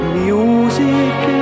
music